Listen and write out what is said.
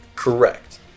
Correct